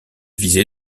visé